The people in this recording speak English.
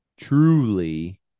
truly